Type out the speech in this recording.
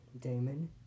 Damon